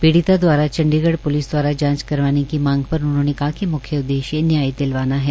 पीड़िता द्वारा चंडीगढ़ प्लिस द्वारा जांच करवाने की मांग पर उन्होंने कहा कि म्ख्य उद्देश्य न्याय दिलवाना है